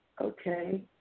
Okay